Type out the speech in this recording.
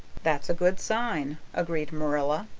that's a good sign, agreed marilla.